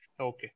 Okay